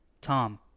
Tom